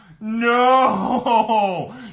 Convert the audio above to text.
no